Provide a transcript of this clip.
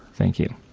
thank you.